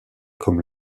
comme